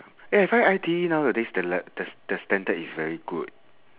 eh I find I_T_E nowadays the le~ the the standard is very good